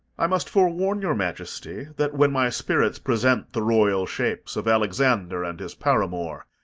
i must forewarn your majesty, that, when my spirits present the royal shapes of alexander and his paramour,